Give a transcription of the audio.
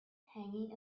hanging